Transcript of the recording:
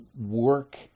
work